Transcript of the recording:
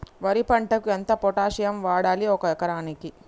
వరి పంటకు ఎంత పొటాషియం వాడాలి ఒక ఎకరానికి?